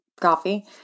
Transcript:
coffee